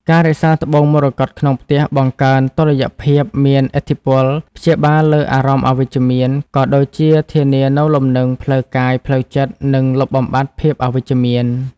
ការរក្សាត្បូងមរកតក្នុងផ្ទះ បង្កើនតុល្យភាព មានឥទ្ធិពលព្យាបាលលើអារម្មណ៍អវិជ្ជមាន ក៏ដូចជាធានានូវលំនឹងផ្លូវកាយផ្លូវចិត្ត និង លុបបំបាត់ភាពអវិជ្ជមាន។